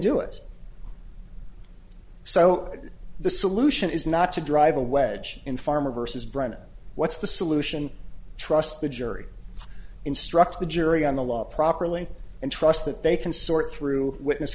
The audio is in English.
do it so the solution is not to drive a wedge in farmer versus brenda what's the solution trust the jury instruct the jury on the law properly and trust that they can sort through witness